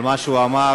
למה שהוא אמר.